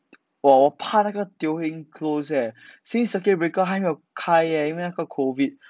我我怕那个 Teo Heng close leh since circuit breaker 还没有开 leh 因为那个 COVID